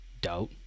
doubt